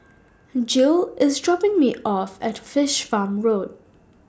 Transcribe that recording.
Gil IS dropping Me off At Fish Farm Road